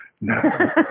no